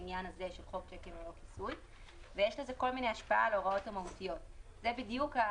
בניגוד להוראות סעיף 2(ג); (3)הפר הוראה מההוראות שנקבעו בכללים